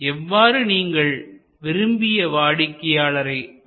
எவ்வாறு நீங்கள் விரும்பிய வாடிக்கையாளரை அடைவீர்கள்